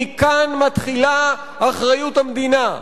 מכאן מתחילה אחריות המדינה,